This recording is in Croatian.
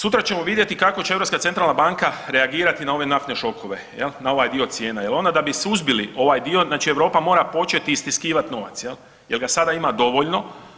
Sutra ćemo vidjeti kako će Europska centralna banka reagirati na ove naftne šokove, je li, na ovaj dio cijena jer onda da bi suzbili ovaj dio, znači Europa mora početi istiskivati novac, je li, jer ga sada ima dovoljno.